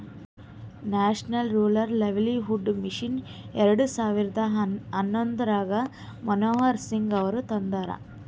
national rural livelihood mission ಎರೆಡ ಸಾವಿರದ ಹನ್ನೊಂದರಾಗ ಮನಮೋಹನ್ ಸಿಂಗ್ ಅವರು ತಂದಾರ